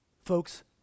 Folks